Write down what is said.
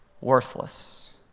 worthless